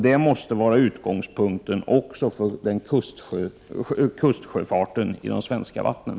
Detta måste vara utgångspunkten också för kustsjöfarten i de svenska vattnen.